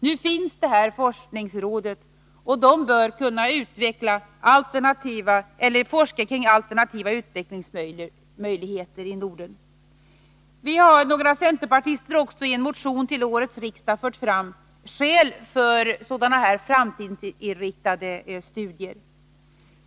Nu finns forskningsrådet, och där bör man kunna forska kring alternativa utvecklingsmöjligheter i Norden. Vi är några centerpartister som i en motion till årets riksdag har fört fram skäl för sådana här framtidsinriktade studier.